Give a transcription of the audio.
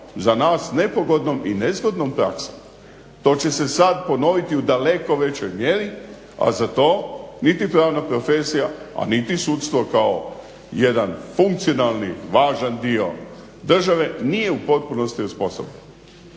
za nas nepogodnom i nezgodnom praksom. To će se sad ponoviti u daleko većoj mjeri, a za to niti pravna profesija a niti sudstvo kao jedan funkcionalni važan dio države nije u potpunosti osposobljen.